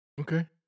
Okay